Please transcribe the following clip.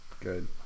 good